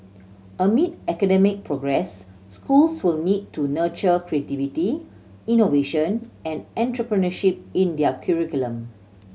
amid academic progress schools will need to nurture creativity innovation and entrepreneurship in their curriculum